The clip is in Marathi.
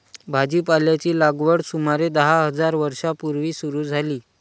भाजीपाल्याची लागवड सुमारे दहा हजार वर्षां पूर्वी सुरू झाली